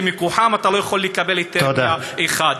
ומכוחן אתה לא יכול לקבל היתר בנייה אחד.